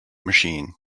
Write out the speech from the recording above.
machine